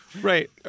Right